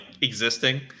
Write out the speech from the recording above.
existing